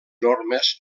normes